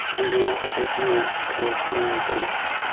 and then headed north towards merry beach.